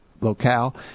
locale